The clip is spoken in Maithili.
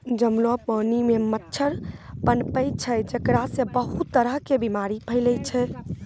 जमलो पानी मॅ मच्छर पनपै छै जेकरा सॅ बहुत तरह के बीमारी फैलै छै